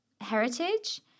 heritage